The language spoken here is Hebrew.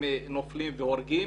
נופלים והורגים.